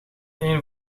een